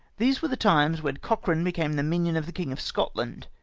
these were the times when cochran became the minion of the king of scotland,